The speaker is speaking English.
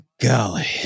golly